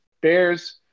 Bears